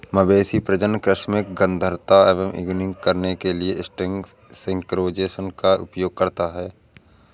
मवेशी प्रजनन कृत्रिम गर्भाधान यह इंगित करने के लिए एस्ट्रस सिंक्रोनाइज़ेशन का उपयोग करता है